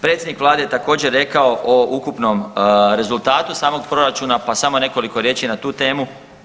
Predsjednik vlade je također rekao o ukupnom rezultatu samog proračuna pa samo nekoliko riječi na tu temu.